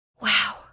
Wow